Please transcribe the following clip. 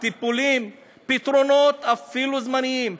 טיפולים, פתרונות, אפילו זמניים?